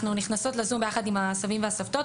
אנחנו נכנסות לזום ביחד עם הסבים והסבתות,